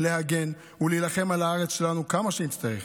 להגן ולהילחם על הארץ שלנו כמה שנצטרך,